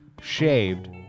Shaved